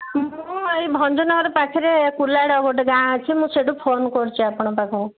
ମୁଁ ଏଇ ଭଞ୍ଜନଗର ପାଖରେ କୁଲାଡ଼ ଗୋଟେ ଗାଁ ଅଛି ମୁଁ ସେଇଠୁ ଫୋନ୍ କରିଛି ଆପଣଙ୍କ ପାଖକୁ